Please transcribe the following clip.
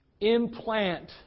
implant